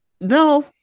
No